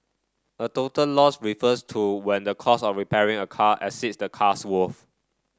a total loss refers to when the cost of repairing a car exceeds the car's worth